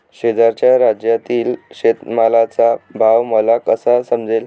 शेजारच्या राज्यातील शेतमालाचा भाव मला कसा समजेल?